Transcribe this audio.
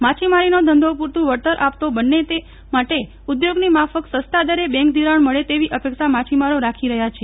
માછીમારીનો ધંધો પુરુતું વળતર આપતો બને તે માટે ઉદ્યોગની માફક સસ્તાદરે બેંક ધિરાજ્ઞ મળે તેવી અપેક્ષા માછીમારો રાખી રહ્યા છે